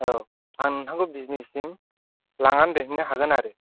औ आं नोंथांखौ बिजिनिसिम लांनानै दोनहैनो हागोन आरो